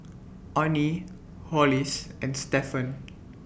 Onnie Hollis and Stephan